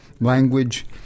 language